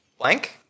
blank